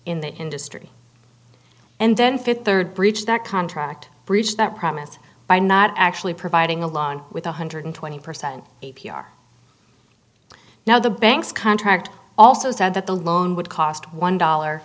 in the industry and then fifth third breach that contract breached that promise by not actually providing a loan with one hundred twenty percent a p r now the bank's contract also said that the loan would cost one dollar